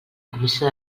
comissió